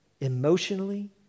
emotionally